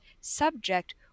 subject